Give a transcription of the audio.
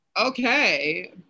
okay